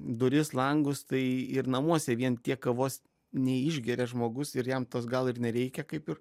duris langus tai ir namuose vien tiek kavos neišgeria žmogus ir jam tos gal ir nereikia kaip ir